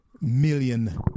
million